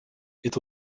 est